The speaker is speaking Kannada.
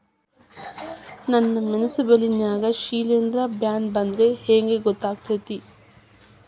ನನ್ ಮೆಣಸ್ ಬೆಳಿ ನಾಗ ಶಿಲೇಂಧ್ರ ಬ್ಯಾನಿ ಬಂದ್ರ ಹೆಂಗ್ ಗೋತಾಗ್ತೆತಿ?